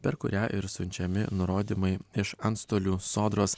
per kurią ir siunčiami nurodymai iš antstolių sodros